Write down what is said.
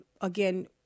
again